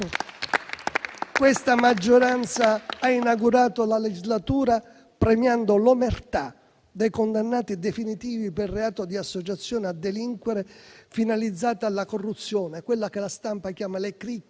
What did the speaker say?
Questa maggioranza ha inaugurato la legislatura premiando l'omertà dei condannati definitivi per il reato di associazione a delinquere finalizzata alla corruzione. È quello che la stampa definisce cricche